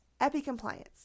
EpiCompliance